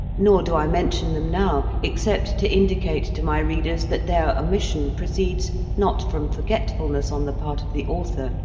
nor do i mention them now except to indicate to my readers that their omission proceeds not from forgetfulness on the part of the author,